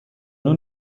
اون